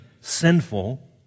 sinful